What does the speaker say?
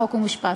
חוק ומשפט.